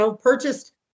purchased